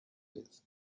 with